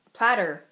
Platter